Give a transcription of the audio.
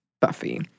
Buffy